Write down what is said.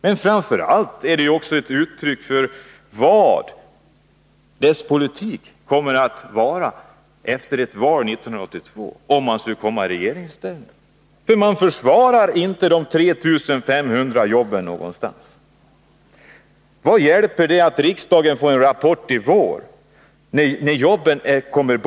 Detta är också ett uttryck för hur socialdemokraternas politik kommer att se ut, om de skulle hamna i regeringsställning efter valet 1982. De försvarar ju inte någonstans de 3 500 jobben. Vad hjälper det att riksdagen får en rapport i vår, när jobben försvinner nu.